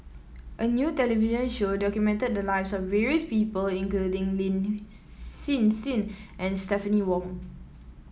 a new television show documented the lives of various people including Lin Hsin Hsin and Stephanie Wong